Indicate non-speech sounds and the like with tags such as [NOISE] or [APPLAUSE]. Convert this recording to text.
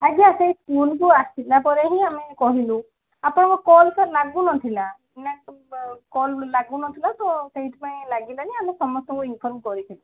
ଆଜ୍ଞା ସେହି ସ୍କୁଲ୍କୁ ଆସିଲା ପରେ ହିଁ ଆମେ କହିଲୁ ଆପଣଙ୍କ କଲ୍ ସାର୍ ଲାଗୁ ନଥୁଲା [UNINTELLIGIBLE] କଲ୍ ଲାଗୁ ନଥିଲା ତ ସେଇଥିପାଇଁ ଲାଗିଲାନି ଆମେ ସମସ୍ତଙ୍କୁ ଇନଫର୍ମ କରିଥିଲୁ